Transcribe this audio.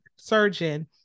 surgeon